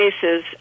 cases